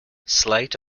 slight